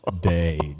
day